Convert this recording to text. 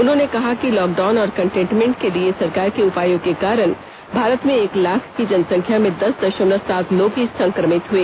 उन्होंने कहा कि लॉकडाउन और कंटेनमेंट के लिए सरकार के उपायों के कारण भारत में एक लाख की जनसंख्या में दस दशमलव सात लोग ही संक्रमित हुए